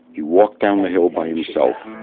he walked down the hill by himself.